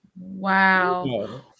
Wow